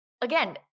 again